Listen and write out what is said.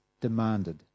demanded